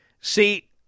See